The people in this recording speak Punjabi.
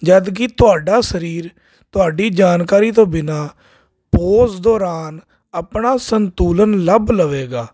ਜਦ ਕਿ ਤੁਹਾਡਾ ਸਰੀਰ ਤੁਹਾਡੀ ਜਾਣਕਾਰੀ ਤੋਂ ਬਿਨਾਂ ਪੋਜ਼ ਦੌਰਾਨ ਆਪਣਾ ਸੰਤੁਲਨ ਲੱਭ ਲਵੇਗਾ